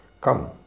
come